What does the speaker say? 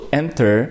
enter